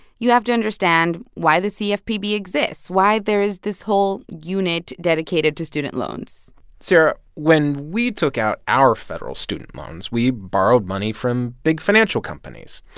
you have to understand why the cfpb exists, why there is this whole unit dedicated to student loans sarah, when we took out our federal student loans, we borrowed money from big financial companies,